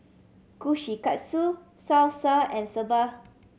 Kushikatsu Salsa and Soba